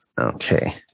Okay